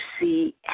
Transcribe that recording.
see